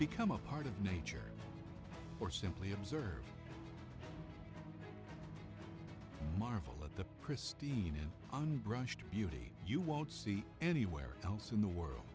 become a part of nature or simply observe marvel at the pristine unbrushed beauty you won't see anywhere else in the world